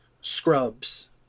Scrubs